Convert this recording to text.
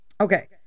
okay